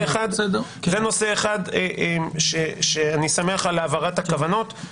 זה נושא אחד שאני ישמח על הבהרת הכוונות.